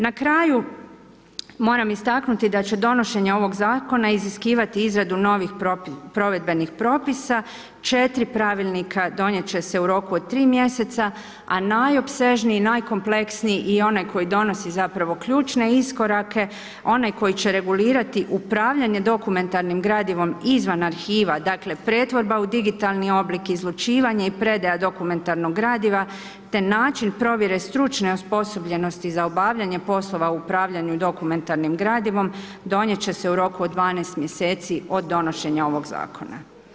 Na kraju, moramo istaknuti da će donošenje ovog zakon iziskivati izradu novih provedbenih propisa, 4 pravilnika donijet će se u roku od 3 mjeseca a najopsežniji, najkompleksniji i onaj koji donosi zapravo ključne iskorake, onaj koji će regulirati upravljanje dokumentarnim gradivom izvan arhiva, dakle pretvorba u digitalni oblik, izlučivanje i predaja dokumentarnog gradiva te način provjere stručne osposobljenosti za obavljanje poslova u upravljanju dokumentarnim gradivom, donijet će se u roku od 12 mjeseci od donošenja ovog zakona.